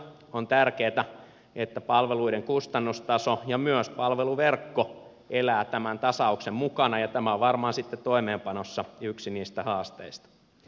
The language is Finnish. on tärkeätä että palveluiden kustannustaso ja myös palveluverkko elävät tämän tasauksen mukana ja tämä on varmaan sitten toimeenpanossa yksi niistä haasteista